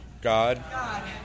God